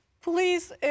Please